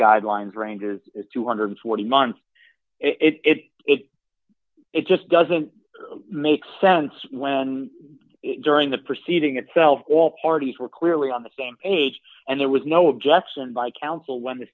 guidelines range is two hundred and forty months if it just doesn't make sense when during the proceeding itself all parties were clearly on the same age and there was no objection by counsel when the